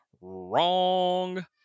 Wrong